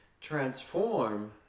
transform